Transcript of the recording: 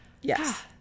yes